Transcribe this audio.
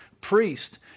priest